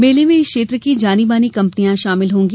मेले में इस क्षेत्र में जानी मानी कंपनियां शामिल होंगी